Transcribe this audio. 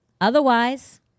Otherwise